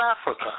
Africa